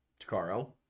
Takaro